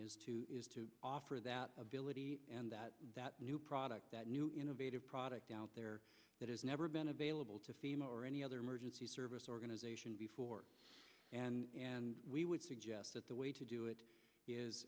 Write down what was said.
is to is to offer that ability and that that new product that new innovative product out there that has never been available to fema or any other emergency service organization before and and we would suggest that the way to do it is